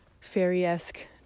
fairy-esque